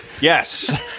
Yes